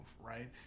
right